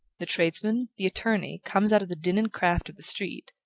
the tradesman, the attorney comes out of the din and craft of the street,